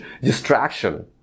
distraction